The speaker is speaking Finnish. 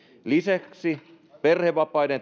lisäksi perhevapaiden